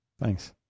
Thanks